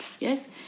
Yes